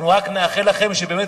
אנחנו רק נאחל לכם שבאמת,